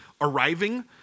arriving